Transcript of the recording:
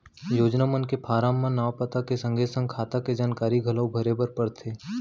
योजना मन के फारम म नांव, पता के संगे संग खाता के जानकारी घलौ भरे बर परथे